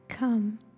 Come